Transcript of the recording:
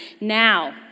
Now